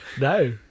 no